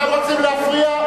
אתם רוצים להפריע?